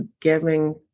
giving